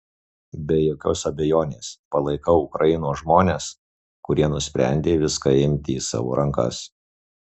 be jokios abejonės palaikau ukrainos žmones kurie nusprendė viską imti į savo rankas